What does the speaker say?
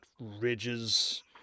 ridges